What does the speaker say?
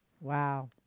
Wow